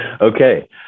Okay